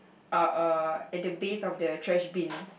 uh uh at the base of the trash bin